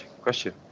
question